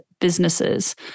Businesses